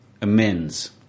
amends